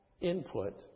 input